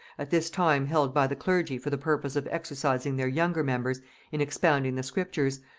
at this time held by the clergy for the purpose of exercising their younger members in expounding the scriptures,